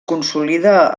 consolida